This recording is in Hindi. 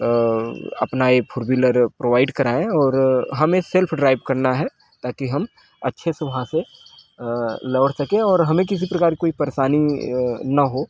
अ अपना ये फोर व्हीलर प्रोवाइड कराएं और हमें सेल्फ ड्राइव करना है ताकि हम अच्छे से वहाँ से अ लौट सकें और हमें किसी प्रकार की कोई परेशानी अ न हो